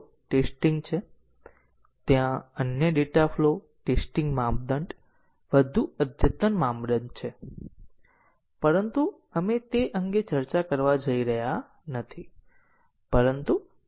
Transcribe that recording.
તેથી cyclomatic metric e n 2 ની ગણતરી કરવાની પ્રથમ પદ્ધતિ સ્વયંસંચાલિત છે એક નાનો પ્રોગ્રામ લખો જે e n 2 દ્વારા સાયક્લોમેટિક કોમ્પલેક્ષીટી ની ગણતરી કરશે